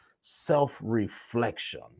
self-reflection